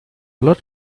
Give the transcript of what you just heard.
lot